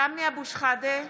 (קוראת בשמות חברי הכנסת) סמי אבו שחאדה,